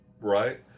Right